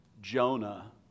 Jonah